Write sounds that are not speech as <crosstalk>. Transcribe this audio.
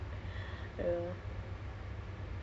<breath> sekarang kalau